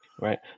Right